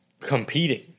competing